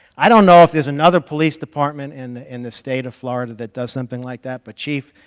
i don't know if there's another police department in in the state of florida that does something like that, but chief,